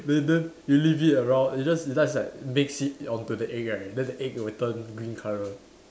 then then you leave it around you just you just like mix it onto the egg right then the egg will turn green colour